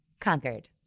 conquered